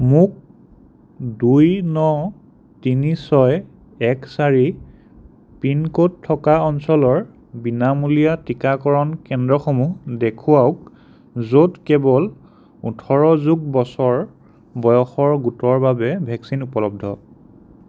মোক দুই ন তিনি ছয় এক চাৰি পিন ক'ড থকা অঞ্চলৰ বিনামূলীয়া টীকাকৰণ কেন্দ্ৰসমূহ দেখুৱাওক য'ত কেৱল ওঠৰ যোগ বছৰ বয়সৰ গোটৰ বাবে ভেকচিন উপলব্ধ